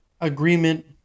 agreement